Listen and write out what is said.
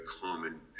common